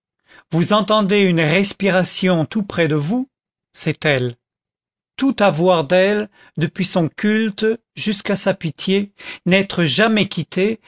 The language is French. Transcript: vous entendez une respiration tout près de vous c'est elle tout avoir d'elle depuis son culte jusqu'à sa pitié n'être jamais quitté